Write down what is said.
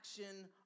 action